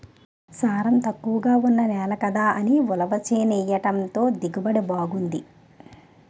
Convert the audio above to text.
సారం తక్కువగా ఉన్న నేల కదా అని ఉలవ చేనెయ్యడంతో దిగుబడి బావుంది